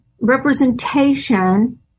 representation